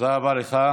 תודה רבה לך.